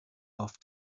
off